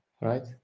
right